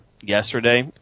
yesterday